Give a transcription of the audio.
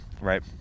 right